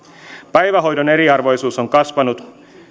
päivähoidon eriarvoisuus on kasvanut